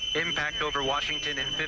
impact over washington in but